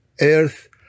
earth